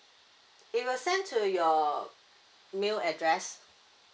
it will send to your mail address